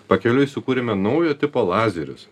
pakeliui sukūrėme naujo tipo lazerius